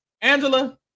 Angela